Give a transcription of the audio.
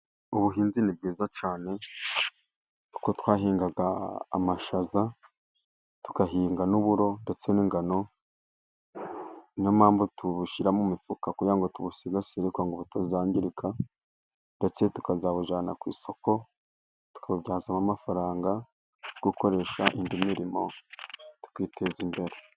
Ubuhinzi ni bwiza cyane， kuko twahingaga amashaza， tugahinga n'uburo， ndetse n'ingano. Niyo mpamvu tubushyira mu imifuka， kugira ngo tubusigasire， ariko ngo butuzanangirika， ndetse tukazabujyana ku isoko， tukabubyazamo amafaranga，yo gukoresha indi mirimo， tukiteza imbere.